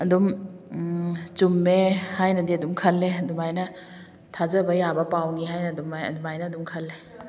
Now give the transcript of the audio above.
ꯑꯗꯨꯝ ꯆꯨꯝꯃꯦ ꯍꯥꯏꯅꯗꯤ ꯑꯗꯨꯝ ꯈꯜꯂꯦ ꯑꯗꯨꯃꯥꯏꯅ ꯊꯥꯖꯕ ꯌꯥꯕ ꯄꯥꯎꯅꯤ ꯍꯥꯏꯅ ꯑꯗꯨꯃꯥꯏ ꯑꯗꯨꯃꯥꯏꯅ ꯑꯗꯨꯝ ꯈꯜꯂꯦ